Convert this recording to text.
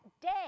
day